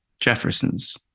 Jefferson's